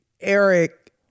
Eric